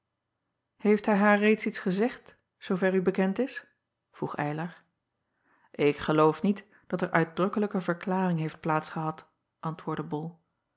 eeft hij haar reeds iets gezegd zoover u bekend is vroeg ylar acob van ennep laasje evenster delen k geloof niet dat er uitdrukkelijke verklaring heeft plaats gehad antwoordde ol